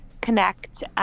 connect